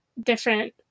different